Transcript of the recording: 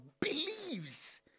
believes